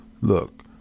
look